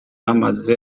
amaze